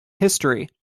history